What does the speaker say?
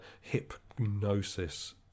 hypnosis